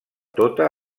tota